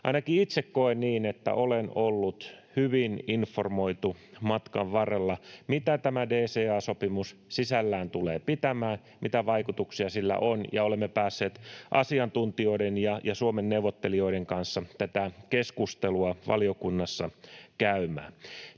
Ainakin itse koen niin, että olen ollut hyvin informoitu matkan varrella siitä, mitä tämä DCA-sopimus sisällään tulee pitämään, mitä vaikutuksia sillä on, ja olemme päässeet asiantuntijoiden ja Suomen neuvottelijoiden kanssa tätä keskustelua valiokunnassa käymään.